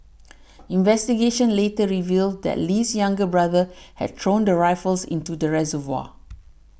investigations later revealed that Lee's younger brother had thrown the rifles into the reservoir